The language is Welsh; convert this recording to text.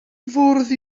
fwrdd